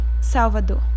Salvador